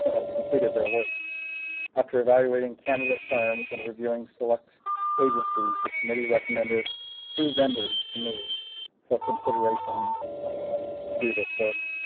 as completed their work after evaluating candidate firms and reviewing select agencies, the committee recommended two vendors to me for consideration to do this work.